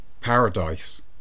Paradise